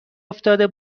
افتاده